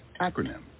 Acronym